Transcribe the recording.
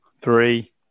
three